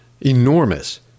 enormous